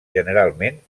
generalment